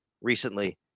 recently